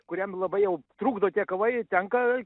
kuriam labai jau trukdo tie kovai tenka